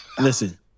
Listen